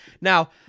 Now